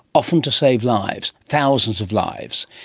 often to save lives thousands of lives.